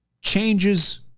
changes